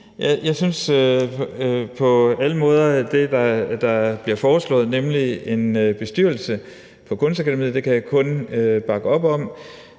Jeg kan på alle måder kun bakke op om det, der bliver foreslået, nemlig en bestyrelse på Kunstakademiet. Jeg kan også bakke op om